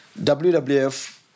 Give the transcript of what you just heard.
WWF